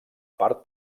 part